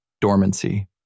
dormancy